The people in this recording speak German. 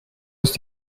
ist